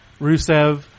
Rusev